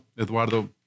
Eduardo